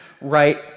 right